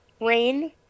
RAIN